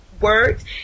words